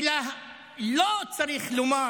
ולו צריך לומר